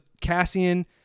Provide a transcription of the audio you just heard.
Cassian